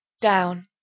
down